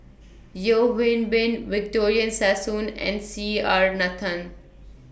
Yeo Hwee Bin Victoria Sassoon and C R Nathan